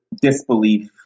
disbelief